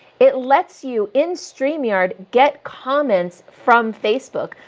it lets you in stream yard get comments from facebook.